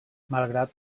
malgrat